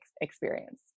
experience